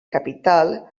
capital